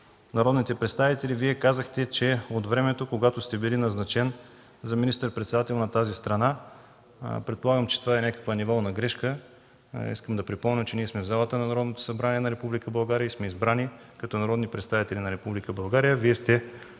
народните представители, Вие казахте, че от времето, когато сте били назначен за министър-председател на „тази” страна – предполагам, че това е някаква неволна грешка. Искам да припомня, че ние сме в залата на Народното събрание на Република България и сме избрани като народни представители на Република България. Вие сте